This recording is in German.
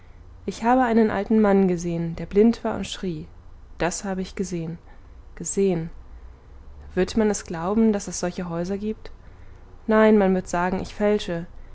ich habe einen alten mann gesehen der blind war und schrie das habe ich gesehen gesehen wird man es glauben daß es solche häuser giebt nein man wird sagen ich fälsche